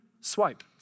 swipe